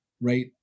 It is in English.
right